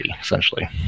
essentially